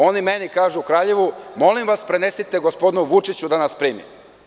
Oni mi u Kraljevu kažu - molim vas, prenesite gospodinu Vučiću da nas primi.